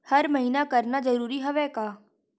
हर महीना करना जरूरी हवय का?